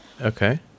Okay